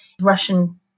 Russian